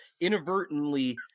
inadvertently